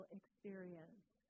experience